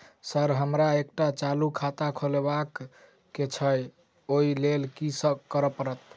Sir हमरा एकटा चालू खाता खोलबाबह केँ छै ओई लेल की सब करऽ परतै?